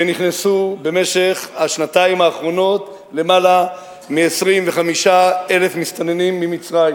שנכנסו במשך השנתיים האחרונות יותר מ-25,000 מסתננים ממצרים